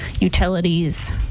utilities